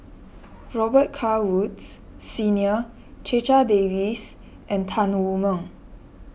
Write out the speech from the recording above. Robet Carr Woods Senior Checha Davies and Tan Wu Meng